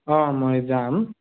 অঁ মই যাম